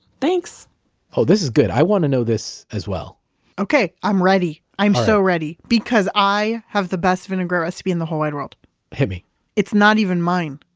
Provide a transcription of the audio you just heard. thanks oh, this is good. i want to know this as well okay, i'm ready. i'm so ready because i have the best vinegarette recipe in the whole wide world hit me it's not even mine.